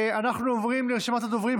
אנחנו עוברים לרשימת הדוברים,